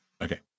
Okay